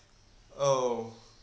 oh